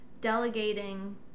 delegating